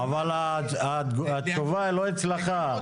התשובה היא לא אצלך.